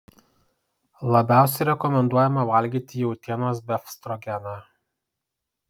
labiausiai rekomenduojama valgyti jautienos befstrogeną